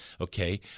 okay